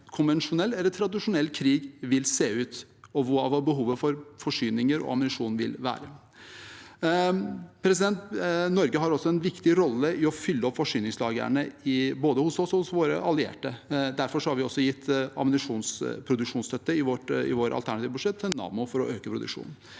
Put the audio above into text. konvensjonell eller tradisjonell krig vil se ut, og hva behovet for forsyninger og ammunisjon vil være. Norge har også en viktig rolle i å fylle opp forsyningslagrene både hos oss og hos våre allierte. Derfor har vi gitt ammunisjonsproduksjonsstøtte til Nammo i vårt alternative budsjett for å øke produksjonen.